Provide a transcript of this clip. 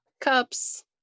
cups